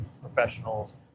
professionals